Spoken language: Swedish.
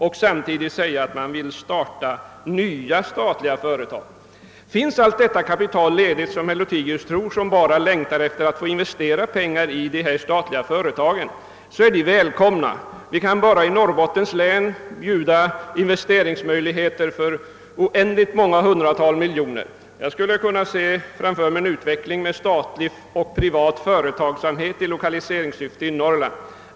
Finns allt det kapital ledigt som herr Lothigius tror, och finns det folk som bara längtar efter att få investera pengar i dessa statliga företag, så är de välkomna. Enbart i Norrbottens län kan vi erbjuda investeringsmöjligheter = för oändligt många hundratal miljoner. Jag skulle kunna tänka mig en utveckling med statlig och privat företagsamhet i lokaliseringssyfte i Norrland.